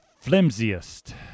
flimsiest